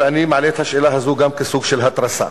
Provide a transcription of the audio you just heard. ואני מעלה את השאלה הזאת גם כסוג של התרסה,